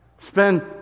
Spend